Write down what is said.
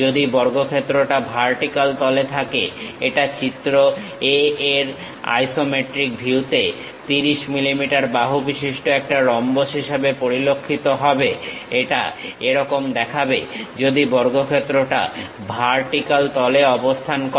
যদি বর্গক্ষেত্রটা ভার্টিক্যাল তলে থাকে এটা চিত্র a এর আইসোমেট্রিক ভিউতে 30 mm বাহুবিশিষ্ট একটা রম্বস হিসাবে পরিলক্ষিত হবে এটা এরকম দেখাবে যদি বর্গক্ষেত্রটা ভার্টিক্যাল তলে অবস্থান করে